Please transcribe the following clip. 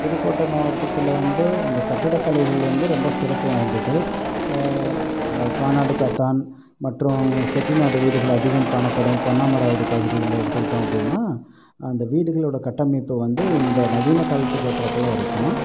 புதுக்கோட்டை மாவட்டத்தில் வந்து அந்த கட்டடக்கலைகள் வந்து ரொம்ப சிறப்பு வாய்ந்தது கா கானாடு காத்தான் மற்றும் செட்டிநாடு வீடுகள் அதிகம் காணப்படும் பொன்னமராவதி பகுதிகளில் எடுத்துக்கிட்டோம் அப்படின்னா அந்த வீடுகளோடய கட்டமைப்பு வந்து இந்த நவீன காலத்துக்கு ஏற்றார்போல் இருக்கும்